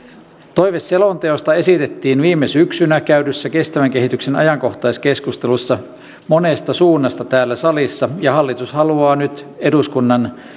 toive selonteosta esitettiin viime syksynä käydyssä kestävän kehityksen ajankohtaiskeskustelussa monesta suunnasta täällä salissa ja hallitus haluaa nyt eduskunnan